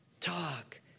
Talk